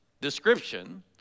description